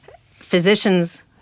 Physicians